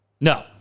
No